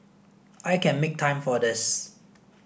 I can make time for this